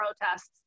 protests